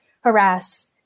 harass